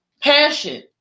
Passion